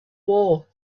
war